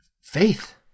faith